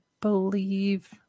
believe